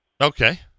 Okay